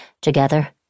Together